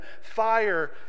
fire